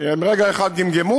הם רגע אחד גמגמו,